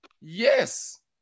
yes